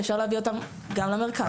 אפשר להביא אותם גם למרכז.